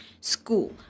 school